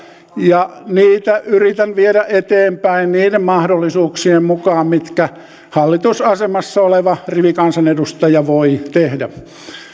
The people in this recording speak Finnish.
ja niitä yritän viedä eteenpäin niiden mahdollisuuksien mukaan kuin hallitusasemassa oleva rivikansanedustaja voi tehdä